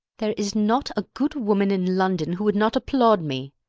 there is not a good woman in london who would not applaud me.